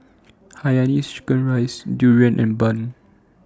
Hainanese Chicken Rice Durian and Bun